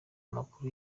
makuru